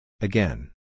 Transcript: Again